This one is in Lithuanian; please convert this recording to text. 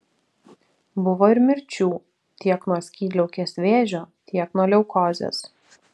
buvo ir mirčių tiek nuo skydliaukės vėžio tiek nuo leukozės